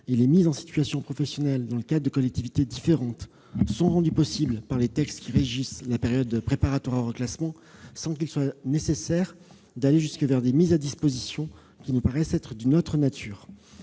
Les mises en situation professionnelle, dans le cadre de collectivités différentes, sont rendues possibles par les textes qui régissent la période préparatoire au reclassement sans qu'il soit nécessaire d'aller jusque vers des mises à disposition, qui nous paraissent être d'une autre nature.